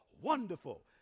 wonderful